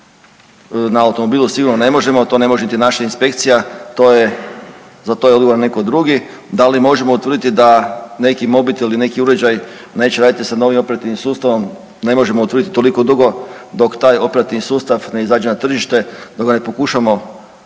na automobilu, sigurno ne možemo. To ne može niti naša inspekcija, to je, za to je odgovoran netko drugi. Da li možemo utvrditi da neki mobitel i neki uređaj neće raditi sa novim operativnim sustavom, ne možemo utvrditi toliko dugo dok taj operativni sustav ne izađe na tržište, dok ga ne pokušamo